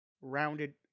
rounded